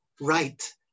right